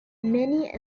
many